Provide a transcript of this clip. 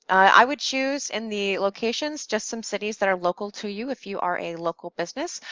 i would choose in the locations, just some cities that are local to you if you are a local business,